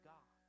God